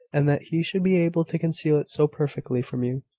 and that he should be able to conceal it so perfectly from you.